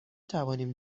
توانیم